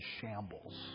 shambles